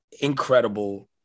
incredible